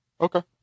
Okay